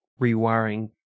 rewiring